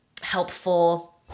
helpful